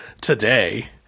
today